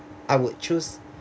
I would choose